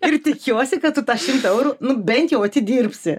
ir tikiuosi kad tu tą šimtą eurų nu bent jau atidirbsi